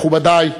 מכובדי,